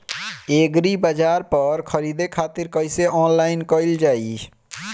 एग्रीबाजार पर खरीदे खातिर कइसे ऑनलाइन कइल जाए?